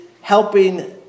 helping